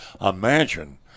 Imagine